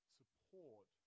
support